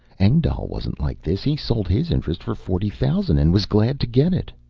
engdahl wasn't like this. he sold his interest for forty thousand and was glad to get it.